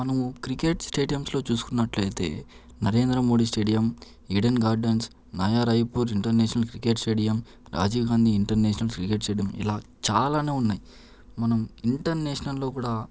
మనము క్రికెట్ స్టేడియమ్స్లో చూసుకున్నట్లయితే Narendra Modi stadium Eden Gardens Naya Raipur international cricket stadium Rajiv Gandhi international cricket stadium ఇలా చాలానే ఉన్నాయి మనం ఇంటర్నేషనల్లో కూడా